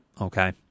Okay